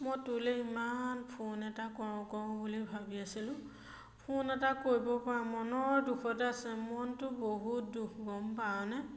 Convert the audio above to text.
মই তোলে ইমান ফোন এটা কৰোঁ কৰোঁ বুলি ভাবি আছিলোঁ ফোন এটা কৰিব পৰা মনৰ দুখতে আছে মনটো বহুত দুখ গম পাৱনে